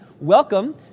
welcome